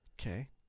Okay